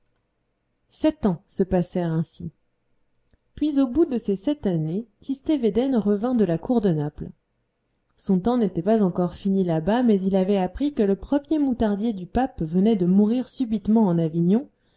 sept ans se passèrent ainsi puis au bout de ces sept années tistet védène revint de la cour de naples son temps n'était pas encore fini là-bas mais il avait appris que le premier moutardier du pape venait de mourir subitement en avignon